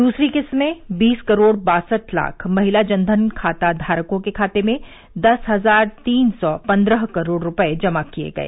दूसरी किस्त में बीस करोड़ बासठ लाख महिला जन धन खाता धारकों के खाते में दस हजार तीन सौ पंद्रह करोड़ रुपए जमा किए गए